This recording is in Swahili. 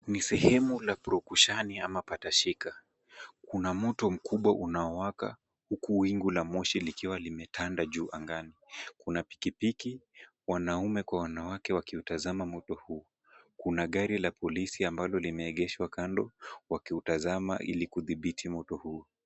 Ni sehemu la purukushani ama patashika. Kuna moto mkubwa unaowaka, huku wingu la moshi likiwa limetanda juu angani. Kuna pikipiki, wanaume kwa wanawake wakiutazama moto huu. Kuna gari la polisi ambalo limeegeshwa kando wakiutazama ili kudhibiti moto huo.